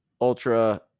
Ultra